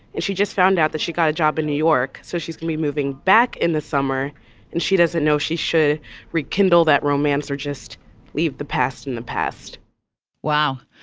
and she just found out that she got a job in new york. so she's got me moving back in the summer and she doesn't know she should rekindle that romance or just leave the past in the past wow.